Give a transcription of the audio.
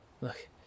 Look